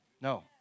No